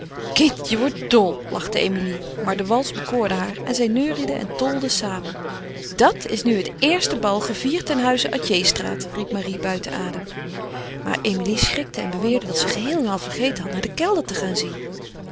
kind je wordt dol lachte emilie maar de wals bekoorde haar en zij neurieden en tolden samen dat is nu het eerste bal gevierd ten huize atjehstraat riep marie buiten adem maar emilie schrikte en beweerde dat ze geheel en al vergeten had naar den kelder te gaan zien